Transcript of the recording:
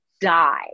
die